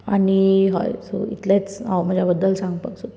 आनी हय इतलेंच हांव म्हाज्या बद्दल सांगपाक सोदतां